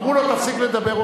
אמרו לו להפסיק לדבר,